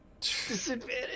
Disadvantage